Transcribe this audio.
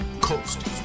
Coast